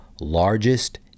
largest